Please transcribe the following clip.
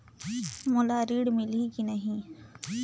मोला ऋण मिलही की नहीं?